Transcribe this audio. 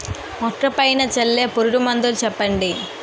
మొక్క పైన చల్లే పురుగు మందులు చెప్పండి?